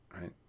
right